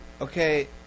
okay